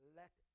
let